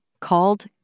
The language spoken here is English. called